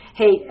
hey